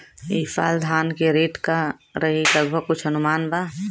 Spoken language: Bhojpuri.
ई साल धान के रेट का रही लगभग कुछ अनुमान बा?